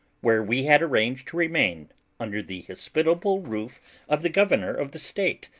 where we had arranged to remain under the hospitable roof of the governor of the state,